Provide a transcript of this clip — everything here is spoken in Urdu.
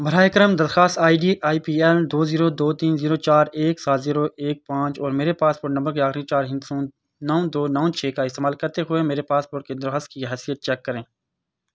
براہ کرم درخواست I D I P L دو زیرو دو تین زیرو چار ایک سات زیرو ایک پانچ اور میرے پاسپورٹ نمبر کے آخری چار ہندسوں نو دو نو چھ کا استعمال کرتے ہوئے میرے پاسپورٹ کی درخواست کی حیثیت چیک کریں